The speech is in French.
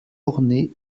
ornées